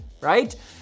right